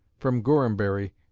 from gorhambury,